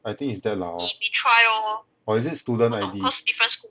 I think is that lah hor or is it student I_D